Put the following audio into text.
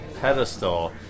pedestal